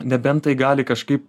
nebent tai gali kažkaip